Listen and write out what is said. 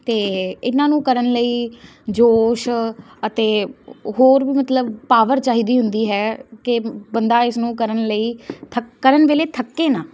ਅਤੇ ਇਹਨਾਂ ਨੂੰ ਕਰਨ ਲਈ ਜੋਸ਼ ਅਤੇ ਹੋਰ ਵੀ ਮਤਲਬ ਪਾਵਰ ਚਾਹੀਦੀ ਹੁੰਦੀ ਹੈ ਕਿ ਬੰਦਾ ਇਸ ਨੂੰ ਕਰਨ ਲਈ ਥ ਕਰਨ ਵੇਲੇ ਥੱਕੇ ਨਾ